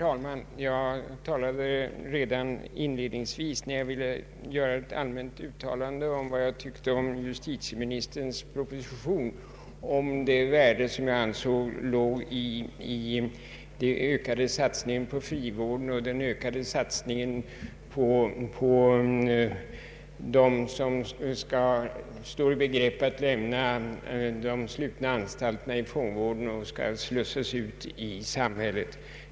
Herr talman! Redan i mitt första anförande i dag där jag gjorde ett allmänt uttalande om vad jag anser om justitieministerns proposition framhöll jag det värdefulla i den ökade satsningen på frivård och stöd åt dem som står i begrepp att lämna fångvårdens slutna anstalter och skall slussas ut i samhället igen.